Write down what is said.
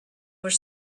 were